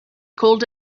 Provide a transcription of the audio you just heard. called